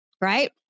Right